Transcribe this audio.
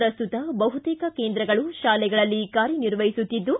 ಪ್ರಸ್ತುತ ಬಹುತೇಕ ಕೇಂದ್ರಗಳು ತಾಲೆಗಳಲ್ಲಿ ಕಾರ್ಯನಿರ್ವಹಿಸುತ್ತಿದ್ದು